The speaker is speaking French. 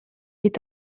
est